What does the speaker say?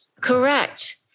Correct